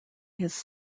his